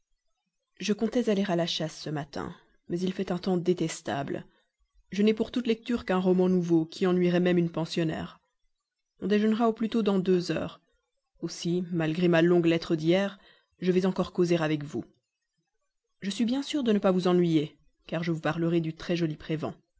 je comptais aller à la chasse ce matin mais il fait un temps détestable je n'ai pour toute lecture qu'un roman nouveau qui ennuierait même une pensionnaire on déjeunera au plutôt dans deux heures ainsi malgré ma longue lettre d'hier je vais encore causer avec vous je suis bien sûr de ne pas vous ennuyer car je vous parlerai du très